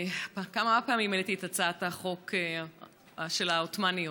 כבר כמה פעמים העליתי את הצעת החוק של העות'מאניוֺת,